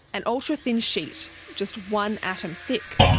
an ultra-thin sheet just one atom thick.